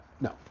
No